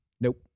Nope